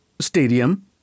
stadium